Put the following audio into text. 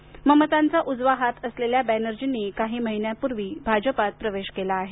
आधी ममतांचा उजवा हात असलेल्या बॅनर्जींनी काही महिन्यांपूर्वी भाजपात प्रवेश केला आहे